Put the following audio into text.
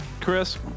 Chris